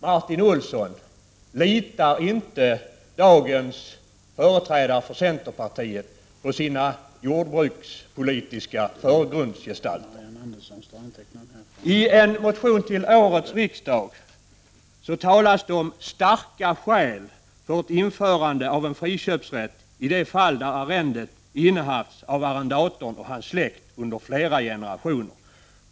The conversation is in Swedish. Dagens företrädare för centerpartiet, Martin Olsson, litar inte på sina jordbrukspolitiska förgrundsgestalter. I en motion till årets riksdag talas det om starka skäl för ett införande av en friköpsrätt i det fall då arrendet har innehafts av arrendatorn och hans släkt under flera generationer.